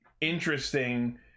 interesting